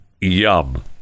yum